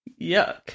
Yuck